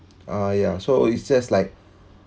ah yeah so it's just like